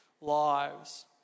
lives